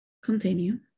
Continue